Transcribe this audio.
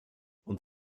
und